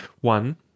One